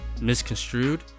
misconstrued